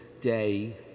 Day